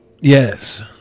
Yes